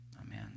Amen